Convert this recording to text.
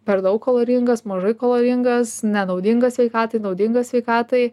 per daug kaloringas mažai kaloringas nenaudingas sveikatai naudingas sveikatai